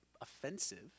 offensive